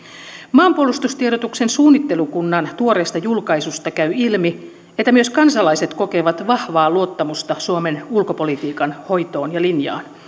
maanpuolustustiedotuksen suunnittelukunnan tuoreesta julkaisusta käy ilmi että myös kansalaiset kokevat vahvaa luottamusta suomen ulkopolitiikan hoitoon ja linjaan